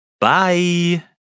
bye